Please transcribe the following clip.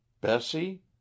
Bessie